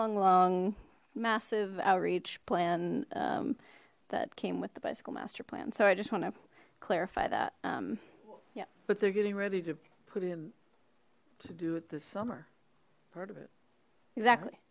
long long massive outreach plan that came with the bicycle master plan so i just want to clarify that yeah but they're getting ready to put in to do it this summer part of it exactly